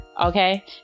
Okay